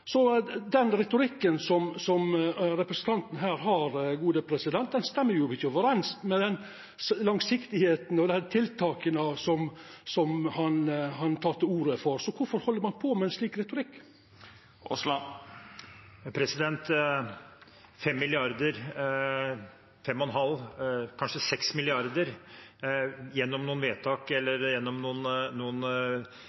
Den retorikken som representanten har her, samsvarar ikkje med den langsiktigheita og dei tiltaka som han tek til orde for. Så kvifor held ein på med ein slik retorikk? 5 mrd. kr, 5,5 mrd. kr, kanskje 6 mrd. kr gjennom noen vedtak eller